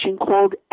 called